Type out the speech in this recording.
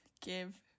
give